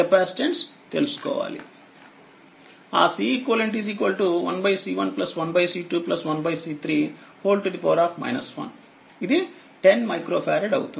ఆ CEQ 1C1 1C2 1C3 1 ఇది 10 microfarad అవుతుంది